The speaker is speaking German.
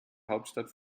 hauptstadt